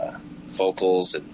vocals